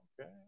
okay